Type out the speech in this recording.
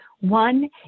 One